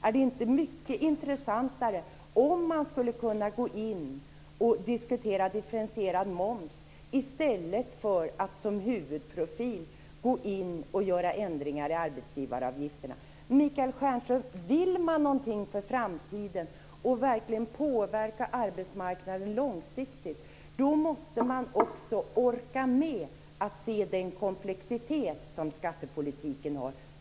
Är det inte mycket intressantare om man kunde diskutera differentierad moms i stället för att som huvudprofil göra ändringar i arbetsgivaravgifterna? Vill man någonting för framtiden, Michael Stjernström, vill man påverka arbetsmarknaden långsiktigt måste man också orka med att se den komplexitet som skattepolitiken har.